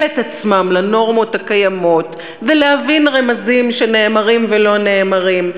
את עצמם לנורמות הקיימות ולהבין רמזים שנאמרים ולא נאמרים,